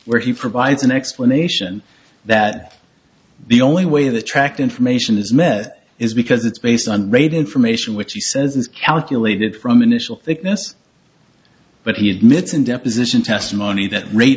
where he provides an explanation that the only way the track information is met is because it's based on rate information which he says is calculated from initial thickness but he admits in deposition testimony that rate